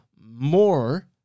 more